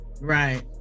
Right